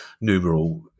numeral